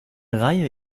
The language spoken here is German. reihe